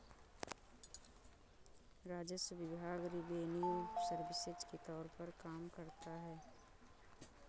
राजस्व विभाग revenue services के तौर पर काम करता है